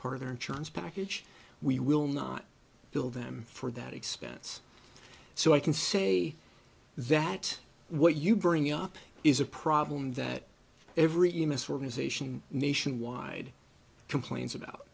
part of their insurance package we will not build them for that expense so i can say that what you bring up is a problem that every miss organization nationwide complains about